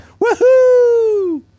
Woohoo